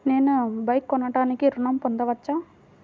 నేను బైక్ కొనటానికి ఋణం పొందవచ్చా?